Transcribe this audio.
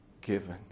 given